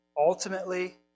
ultimately